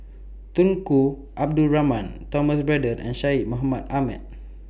Tunku Abdul Rahman Thomas Braddell and Syed Mohamed Ahmed